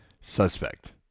suspect